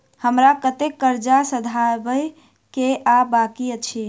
हमरा कतेक कर्जा सधाबई केँ आ बाकी अछि?